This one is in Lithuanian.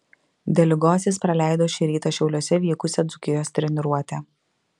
dėl ligos jis praleido šį rytą šiauliuose vykusią dzūkijos treniruotę